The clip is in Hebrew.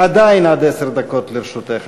עדיין, עד עשר דקות לרשותך.